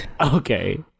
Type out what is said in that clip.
Okay